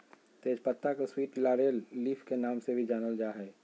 तेज पत्ता के स्वीट लॉरेल लीफ के नाम से भी जानल जा हइ